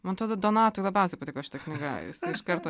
man atrodo donatui labiausiai patiko šita knyga jisai iš karto